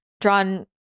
drawn